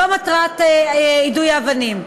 זו מטרת יידוי האבנים.